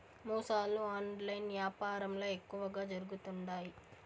మోసాలు ఆన్లైన్ యాపారంల ఎక్కువగా జరుగుతుండాయి